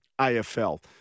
AFL